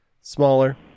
smaller